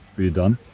are you done?